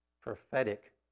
prophetic